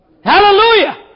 Hallelujah